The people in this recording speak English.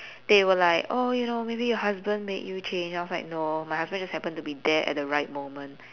they were like oh you know maybe your husband made you change I was like no my husband just happened to be there at the right moment